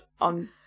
on